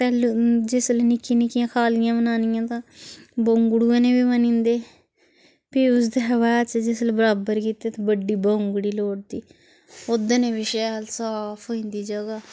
पैह्ले जिसलै निक्की निक्की खालिया बनानियां तां बौंगड़ूयै कन्नै बी बनी जंदी फ्ही उसदे बाद च जिसलै बराबर कीती ते बड्डी बौंगड़ी लोड़दी ओह्दे कन्नै बी शैल साफ़ होई जंदी जगह्